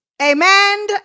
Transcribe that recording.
Amen